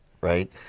right